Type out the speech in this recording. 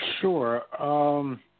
Sure